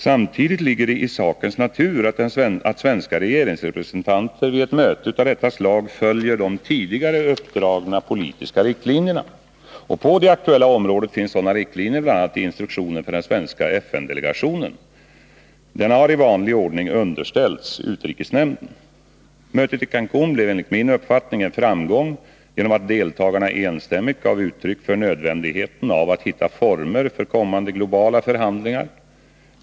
Samtidigt ligger det i sakens natur att svenska regeringsrepresentanter vid ett möte av detta slag följer tidigare uppdragna politiska riktlinjer. På det aktuella området finns sådana riktlinjer, bl.a. i instruktionen för den svenska FN-delegationen. Denna har i vanlig ordning underställts utrikesnämnden. Mötet i Cancun blev enligt min uppfattning en framgång genom att deltagarna enstämmigt gav uttryck för nödvändigheten av att hitta former för kommande globala förhandlingar.